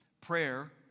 Prayer